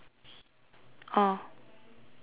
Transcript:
oh then circle that ah